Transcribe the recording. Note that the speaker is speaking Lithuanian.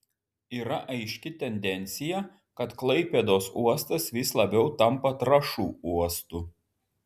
yra aiški tendencija kad klaipėdos uostas vis labiau tampa trąšų uostu